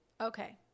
okay